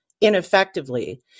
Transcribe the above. ineffectively